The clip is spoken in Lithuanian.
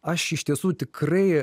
aš iš tiesų tikrai